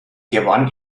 gewann